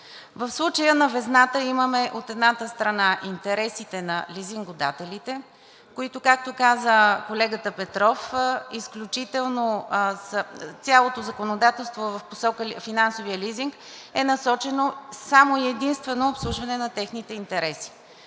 В случая на везната имаме от едната страна интересите на лизингодателите, които, както каза колегата Петров, цялото законодателство е в посока финансовия лизинг и е насочено само и единствено обслужване на техните интереси.